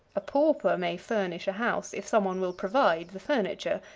a pauper may furnish a house if some one will provide the furniture,